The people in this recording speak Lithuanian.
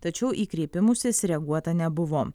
tačiau į kreipimusis reaguota nebuvo